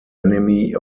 enemy